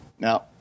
Now